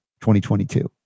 2022